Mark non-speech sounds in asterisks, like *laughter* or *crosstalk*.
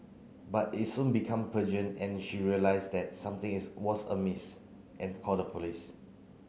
but it soon become *unintelligible* and she realised that something is was amiss and called the police